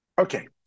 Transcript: Okay